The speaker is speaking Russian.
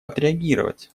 отреагировать